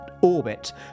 orbit